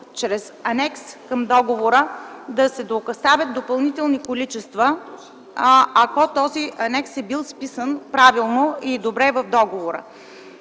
чрез анекс към договора да се доставят допълнителни количества, ако този анекс е бил вписан правилно и добре в договора.